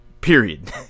Period